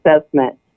assessment